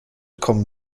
kommen